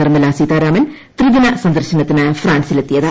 നിർമ്മല സീതാരാമൻ ത്രിദിന സന്ദർശന്ത്തിന് ഫ്രാൻസിലെത്തിയത്